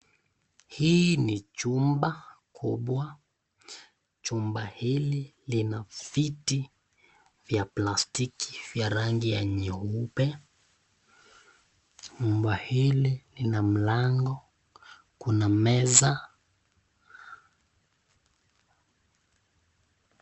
Hii nI chumba kubwa. Chumba hili Lina viti vya plastiki ya rangi nyeupe. Chumba hili Lina mlango, kuna meza.